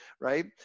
right